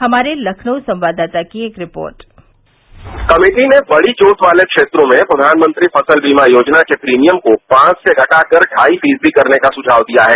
हमारे लखनऊ संवाददाता की एक रिपोर्ट कमिटी ने बड़ी जोत वाले क्षेत्रों में प्रधानमंत्री फसल बीमा योजना के प्रीमियम को पांच से घटाकर ढाई फीसदी करने का सुझाव दिया है